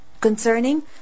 Concerning